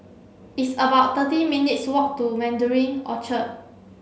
it's about thirty minutes' walk to Mandarin Orchard